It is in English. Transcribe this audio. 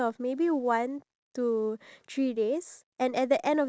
how often does he you know take the time off to try and fight